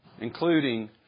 including